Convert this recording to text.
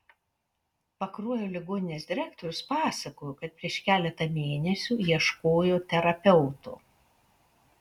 pakruojo ligoninės direktorius pasakojo kad prieš keletą mėnesių ieškojo terapeuto